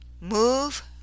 move